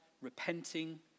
repenting